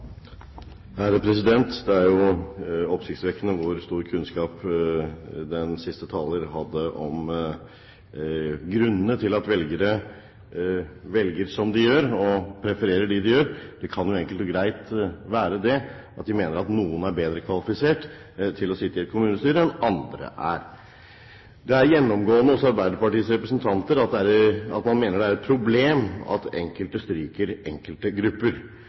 Det er oppsiktsvekkende hvor stor kunnskap den siste taleren hadde om grunnene til at velgere velger som de gjør, og prefererer dem de gjør; det kan jo enkelt og greit være at de mener at noen er bedre kvalifisert til å sitte i et kommunestyre enn andre. Det er gjennomgående hos Arbeiderpartiets representanter at man mener det er et problem at enkelte stryker enkelte grupper. Det er altså et problem at